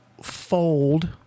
fold –